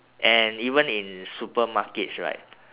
and even in supermarkets right